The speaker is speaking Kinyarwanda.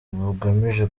bugamije